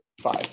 five